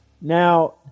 Now